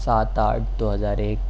سات آٹھ دو ہزار ایک